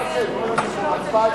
ההצעה להעביר את